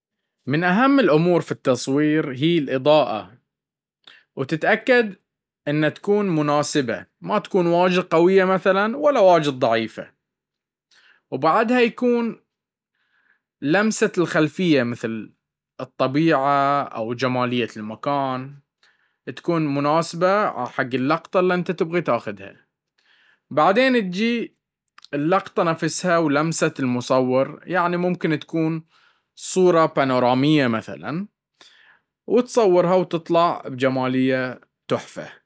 من اهم الأمور في التصوير هي الاضاءة وتتاكد انه تكون مناسبة, وبعدها يكون لمسة الخلفية مثل الطبيعة او جمالية المكان تكون مناسبة, بعدين اتجي اللقطة نفسها ولمسة المصور يعني, ممكن تكون صورة بانورامية مثلا.